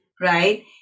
right